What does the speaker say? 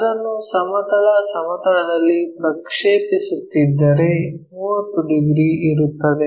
ಅದನ್ನು ಸಮತಲ ಸಮತಲದಲ್ಲಿ ಪ್ರಕ್ಷೇಪಿಸುತ್ತಿದ್ದರೆ 30 ಡಿಗ್ರಿ ಇರುತ್ತದೆ